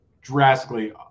drastically